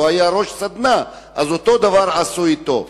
הוא היה ראש סדנה, ואותו הדבר עשו לו.